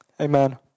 Amen